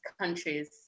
countries